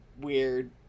weird